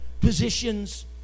positions